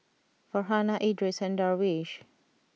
Farhanah Idris and Darwish